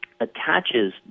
attaches